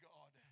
God